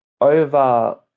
over